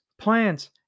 plants